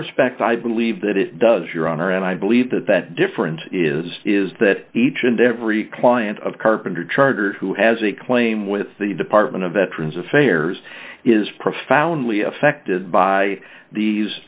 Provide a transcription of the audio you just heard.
respect i believe that it does your honor and i believe that that difference is is that each and every client of carpenter charter who has a claim with the department of veterans affairs is profoundly affected by these